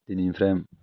दिनैनिफ्राय